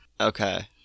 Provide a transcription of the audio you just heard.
Okay